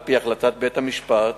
על-פי החלטת בית-המשפט,